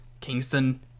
Kingston